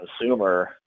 consumer